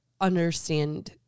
understand